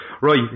Right